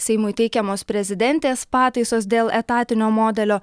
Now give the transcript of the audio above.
seimui teikiamos prezidentės pataisos dėl etatinio modelio